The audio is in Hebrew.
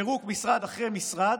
בפירוק משרד אחרי משרד.